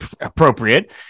appropriate